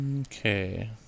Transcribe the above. Okay